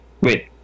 Wait